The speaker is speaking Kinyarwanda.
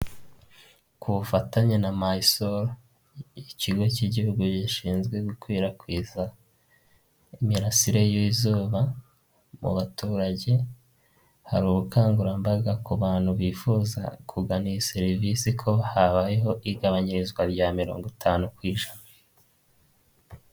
Ku bufatanye na mayisolo, ikigo cy'igihugu gishinzwe gukwirakwiza imirasire y'izuba mu baturage. Hari ubukangurambaga ku bantu bifuza kugana iyi serivisi, ko habayeho igabanyirizwa rya mirongo itanu ku ijana.